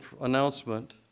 announcement